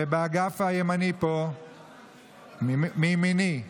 באגף הימני פה, מימיני.